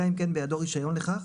אלא אם כן בידו רישיון לכך,